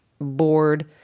bored